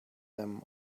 them